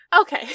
Okay